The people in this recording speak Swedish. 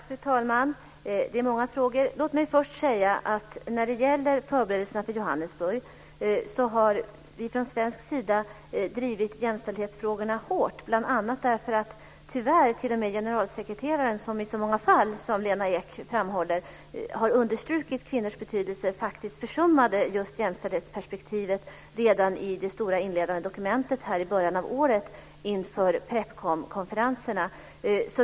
Fru talman! Det är många frågor. Låt mig först säga att i förberedelserna inför Johannesburg har vi från svensk sida drivit jämställdhetsfrågorna hårt, bl.a. därför att generalsekreteraren - som i många fall, som Lena Ek framhåller, har understrukit kvinnors betydelse, - tyvärr faktiskt försummade just jämställdhetsperspektivet redan i det stora inledande dokumentet i början av året inför Prepcomkonferenserna.